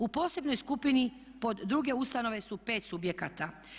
U posebnoj skupini pod druge ustanove su 5 subjekata.